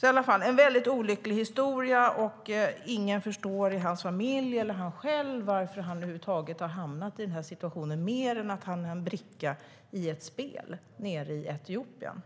Det är en väldigt olycklig historia. Och ingen, varken han själv eller hans familj, förstår varför han över huvud taget har hamnat i den här situationen, mer än att han är en bricka i ett spel nere i Etiopien.